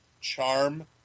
charm